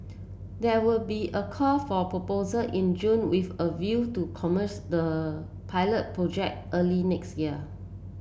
there will be a call for proposal in June with a view to commence the pilot project early next year